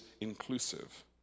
inclusive